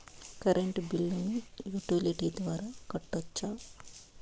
Current బిల్లును utility ద్వారా కట్టొచ్చా?